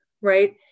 right